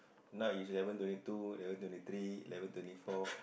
now is eleven twenty two eleven twenty three eleven twenty fourth